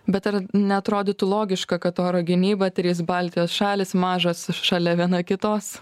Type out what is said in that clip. bet ar neatrodytų logiška kad oro gynyba trys baltijos šalys mažos šalia viena kitos